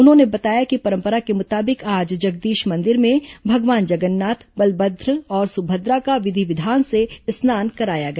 उन्होंने बताया कि परंपरा के मुताबिक आज जगदीश मंदिर में भगवान जगन्नाथ बलभद्र और सुभद्रा का विधि विधान से स्नान कराया गया